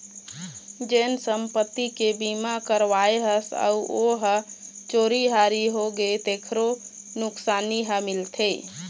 जेन संपत्ति के बीमा करवाए हस अउ ओ ह चोरी हारी होगे तेखरो नुकसानी ह मिलथे